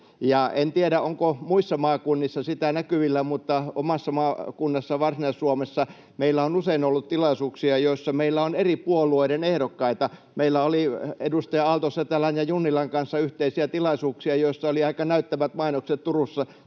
En tiedä, onko muissa maakunnissa sitä näkyvillä, mutta omassa maakunnassani Varsinais-Suomessa meillä on usein ollut tilaisuuksia, joissa meillä on eri puolueiden ehdokkaita. Meillä oli edustajien Aalto-Setälä ja Junnila kanssa yhteisiä tilaisuuksia, joista oli aika näyttävät mainokset Turun